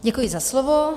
Děkuji za slovo.